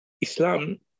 Islam